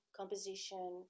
composition